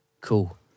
cool